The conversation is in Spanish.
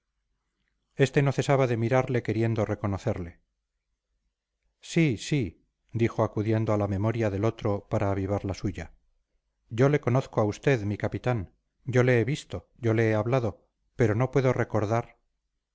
este no cesaba de mirarle queriendo reconocerle sí sí dijo acudiendo a la memoria del otro para avivar la suya yo le conozco a usted mi capitán yo le he visto yo le he hablado pero no puedo recordar